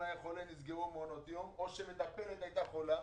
היה חולה ונסגרו מעונות יום או שמטפלת הייתה חולה,